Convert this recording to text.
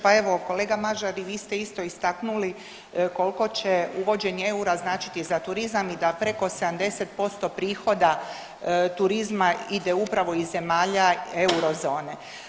Pa evo kolega Mažar i vi ste isto istaknuli koliko će uvođenje eura značiti za turizam i da preko 70% prihoda turizma ide upravo iz zemalja eurozone.